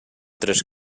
tres